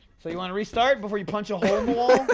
so you wanna restart? before you punch a hole